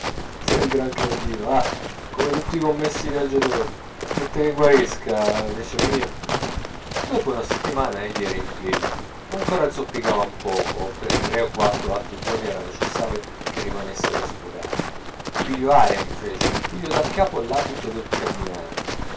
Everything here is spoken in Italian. sei un grande cretino va come tutti i commessi viaggiatori aspetta che guarisca vecio mio dopo una settimana egli era impiedi ma ancora zoppicava un poco per tre o quattro altri giorni era necessario che rimanesse allo spedale piglio aria mi fece piglio daccapo l'abito del camminare